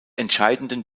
entscheidenden